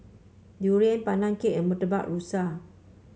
durian Pandan Cake and Murtabak Rusa